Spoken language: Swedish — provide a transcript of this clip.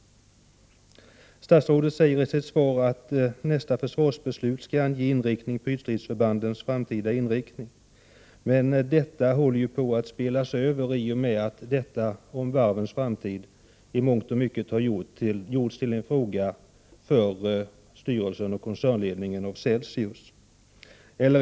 Statsrådet säger i sitt svar att det i nästa försvarsbeslut skall anges ytstridsförbandens framtida inriktning. Men detta håller på att bli överspelat i och med att varvens framtid i mångt och mycket gjorts till en fråga för styrelsen och koncernledningen i Celsius.